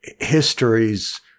histories